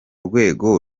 rwego